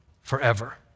forever